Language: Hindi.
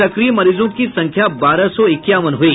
सक्रिय मरीजों की संख्या बारह सौ इक्यावन हुई